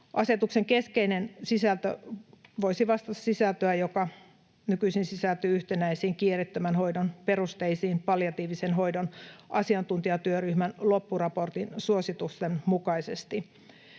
Asetuksen keskeinen sisältö voisi vastata sisältöä, joka nykyisin sisältyy yhtenäisiin kiireettömän hoidon perusteisiin palliatiivisen hoidon asiantuntijatyöryhmän loppuraportin suositusten mukaisesti.